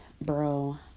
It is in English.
bro